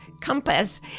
compass